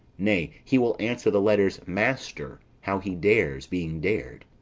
nay, he will answer the letter's master, how he dares, being dared.